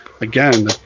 again